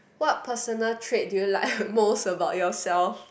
what personal traits do you like the most about yourself